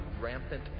rampant